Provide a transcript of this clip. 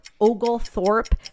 Oglethorpe